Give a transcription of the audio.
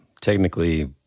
technically